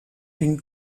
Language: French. une